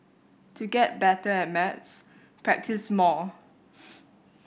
to get better at maths practise more